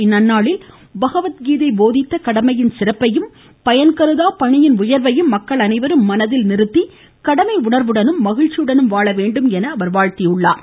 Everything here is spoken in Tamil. இந்நன்னாளில் பகவத் கீதை போதித்த கடமையின் சிறப்பையும் பயன் கருதா பணியின் உயர்வையும் மக்கள் அனைவரும் மனதில் நிறுத்தி கடமை உணர்வுடனும் மகிழ்ச்சியுடனும் வாழ வேண்டும் என வாழ்த்தியுள்ளார்